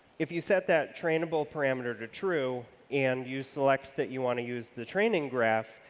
if you set that trainable parameter to true and you select that you want to use the training graph,